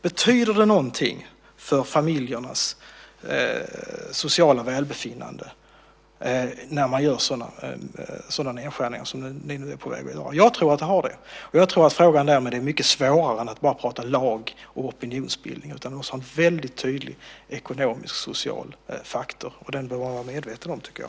Betyder det något för familjernas sociala välbefinnande med sådana nedskärningar? Jag tror att det gör det. Jag tror att frågan därmed är mycket svårare än att bara prata lag och opinionsbildning. Det måste finnas en tydlig ekonomisk och social faktor. Den bör vi vara medvetna om.